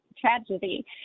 Tragedy